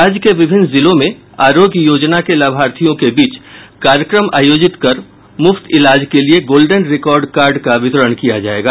राज्य के विभिन्न जिलों में आरोग्य योजना के लाभार्थियों के बीच कार्यक्रम आयोजित कर मुफ्त इलाज के लिए गोल्डेन रिकॉर्ड कार्ड का वितरण किया जायेगा